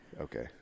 Okay